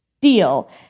deal